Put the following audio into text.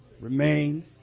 remains